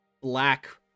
black